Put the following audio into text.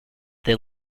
they